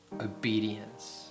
obedience